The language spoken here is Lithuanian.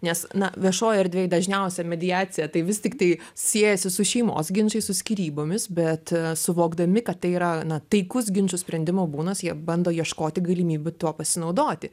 nes na viešoj erdvėj dažniausia mediacija tai vis tiktai siejasi su šeimos ginčais su skyrybomis bet suvokdami kad tai yra na taikus ginčų sprendimo būnas jie bando ieškoti galimybių tuo pasinaudoti